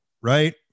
right